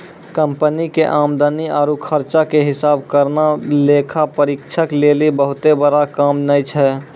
company के आमदनी आरु खर्चा के हिसाब करना लेखा परीक्षक लेली बहुते बड़का काम नै छै